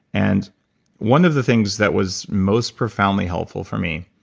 and one of the things that was most profoundly helpful for me